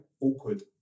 awkward